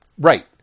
Right